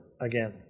again